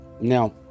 Now